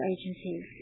agencies